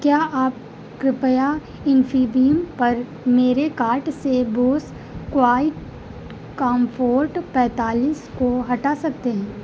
क्या आप कृपया इंफीबीम पर मेरे काॅर्ट से बोस क्वाइटकॉम्फोर्ट पैतालीस को हटा सकते हैं